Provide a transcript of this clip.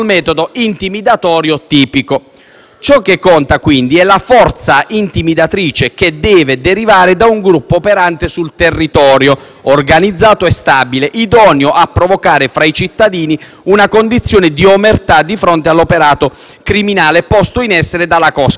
Ciò che conta, quindi, è la forza intimidatrice che «deve derivare da un gruppo operante sul territorio, organizzato e stabile, idoneo a provocare fra i cittadini una condizione di omertà di fronte all'operato criminale posto in essere dalla cosca» e quindi tale da orientare il voto.